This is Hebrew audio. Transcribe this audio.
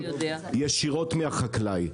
ישירות מהחקלאי.